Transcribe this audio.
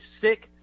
sick